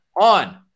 On